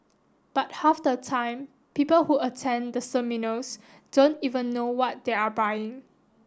but half the time people who attend the seminars don't even know what they are buying